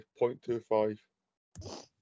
0.25